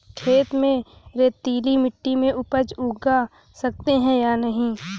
खेत में रेतीली मिटी में उपज उगा सकते हैं या नहीं?